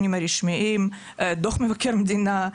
דוח מבקר המדינה,